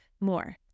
more